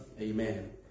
Amen